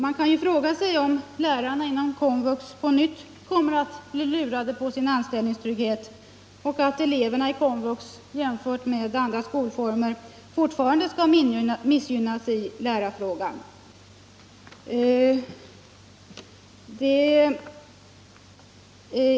Man kan fråga sig om dessa lärare på nytt kommer att bli lurade på sin anställningstrygghet och om eleverna inom den kommunala vuxenutbildningen fortfarande kommer att missgynnas i förhållande till elever inom andra skolformer i lärarfrågan.